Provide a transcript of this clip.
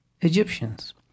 Egyptians